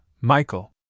Michael